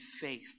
faith